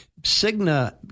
Cigna